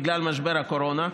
בגלל משבר הקורונה.